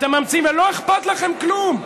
אתם ממציאים ולא אכפת לכם כלום,